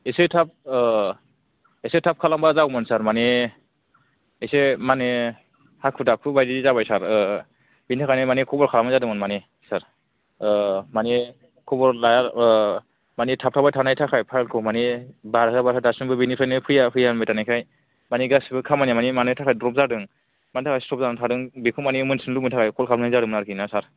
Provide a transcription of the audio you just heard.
एसे थाब एसे थाब खालामबा जागौमोन सार माने एसे माने हाखु दाखु बायदि जाबाय सार बेनि थाखायनो माने खबर खालामनाय जादोंमोन माने सार माने खबर लाया माने थाब्थाबाय थानायनि थाखाय फाइल खौ माने बारहोवाखै दासिमबो बेनिफ्रायनो फैया फैया होनबाय थानायखाय माने गासैबो खामानिया मानि थाखाय द्रप जादों मानि थाखाय स्थप जानानै थादों बेखौ माने मोनथिनो लुबैनायनि थाखाय क'ल खालामनाय जादोंमोन आरोखिना सार